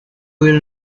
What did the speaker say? will